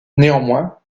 néanmoins